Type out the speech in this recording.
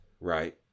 Right